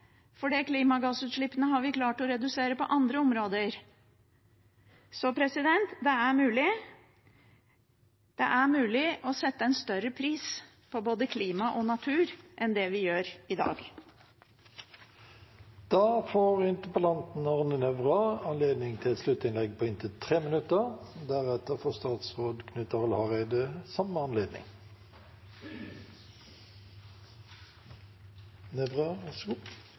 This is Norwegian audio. fordi klimagassutslippene har vi klart å redusere på andre områder. Så det er mulig. Det er mulig å sette en større pris på både klima og natur enn det vi gjør i